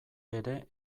ere